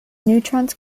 neutrons